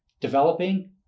developing